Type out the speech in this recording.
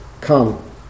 come